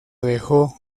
dejó